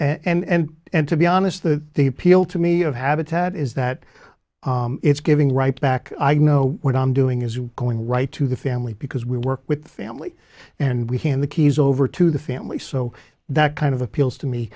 started and and to be honest the the appeal to me of habitat is that it's giving right back i you know what i'm doing is going right to the family because we work with the family and we hand the keys over to the family so that kind of appeals to me